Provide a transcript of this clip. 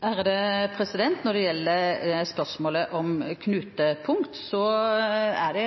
Når det gjelder spørsmålet om knutepunkt, har